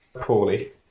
Poorly